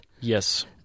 Yes